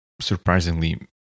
surprisingly